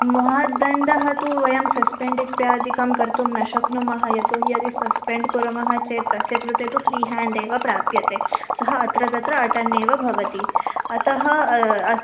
महद्दण्डः तु वयं सस्पेण्ड् इत्यादिकं कर्तुं न शक्नुमः यतो हि यदि सस्पेण्ड् कुर्मः चेत् तस्य कृते तु फ़्री हेण्ड् एव प्राप्यते सः अत्र तत्र अटन्नेव भवति अतः अस्